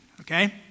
Okay